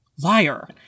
Liar